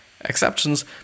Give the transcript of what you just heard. exceptions